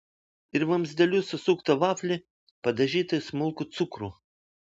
ir vamzdeliu susuktą vaflį padažytą į smulkų cukrų